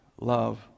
love